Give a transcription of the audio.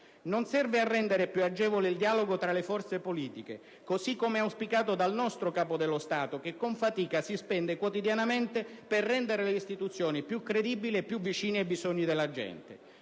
Non serve a rendere più agevole il dialogo tra le forze politiche, così come auspicato dal nostro Capo dello Stato, che con fatica si spende quotidianamente per rendere le istituzioni più credibili e più vicine ai bisogni della gente.